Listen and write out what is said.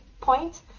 Point